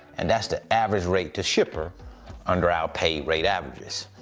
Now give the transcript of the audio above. and that's the average rate to shipper under our pay rate averages.